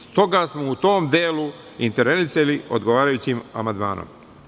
Stoga smo u tom delu intervenisali odgovarajućim amandmanom.